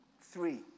Three